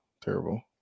terrible